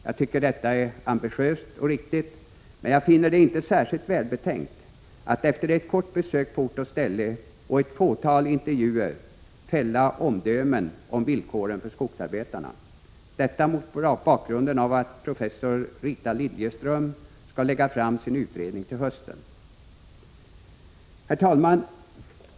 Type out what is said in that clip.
Jag tycker detta är ambitiöst och riktigt, men jag finner det inte särskilt välbetänkt att efter ett kort besök på ort och ställe och ett fåtal intervjuer fälla omdömen om villkoren för skogsarbetarna — detta mot bakgrunden av att professor Rita Liljeström skall lägga fram sin utredning till hösten. Herr talman!